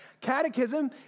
Catechism